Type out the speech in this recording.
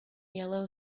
yellow